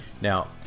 Now